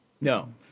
No